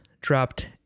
dropped